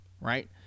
right